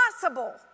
possible